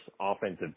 offensive